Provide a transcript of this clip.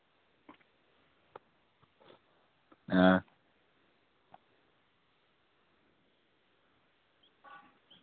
ऐं